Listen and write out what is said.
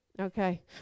okay